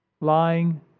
lying